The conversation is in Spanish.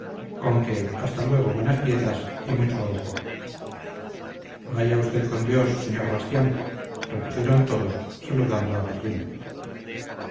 mismos conque hasta luego buenas piezas y mucho ojo vaya usted con dios señor bastián repusieron todos saludando a garduña